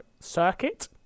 circuit